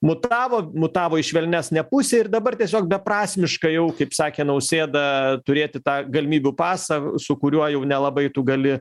mutavo mutavo į švelnesnę pusę ir dabar tiesiog beprasmiška jau kaip sakė nausėda turėti tą galimybių pasą su kuriuo jau nelabai tu gali